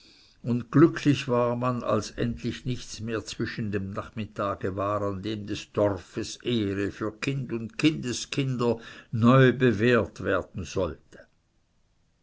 und glücklich war man als endlich nichts mehr zwischen dem nachmittage war an dem des dorfes ehre für kind und kindeskinder neu bewährt werden sollte